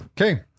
Okay